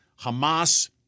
Hamas